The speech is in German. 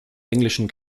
englischen